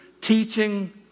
teaching